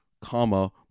comma